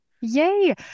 Yay